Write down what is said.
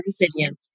resilient